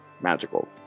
magical